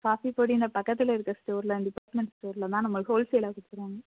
coffee பொடி இந்த பக்கத்தில் இருக்க ஸ்டோரில் அந்த ஸ்டோரில் தான் நம்ம ஹோல் சேலாக கொடுத்துருவாங்க